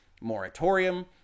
moratorium